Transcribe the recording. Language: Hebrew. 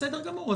בסדר גמור.